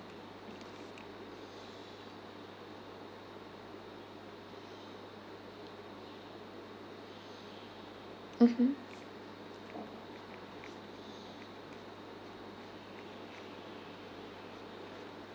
mmhmm